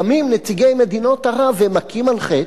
קמים נציגי מדינות ערב ומכים על חטא,